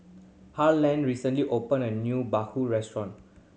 Harland recently opened a new bahu restaurant